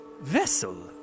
vessel